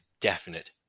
definite